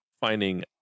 finding